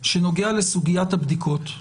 שנוגע לסוגיית הבדיקות,